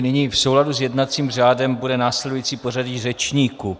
Nyní v souladu s jednacím řádem bude následující pořadí řečníků.